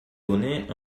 donné